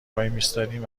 وایمیستادیم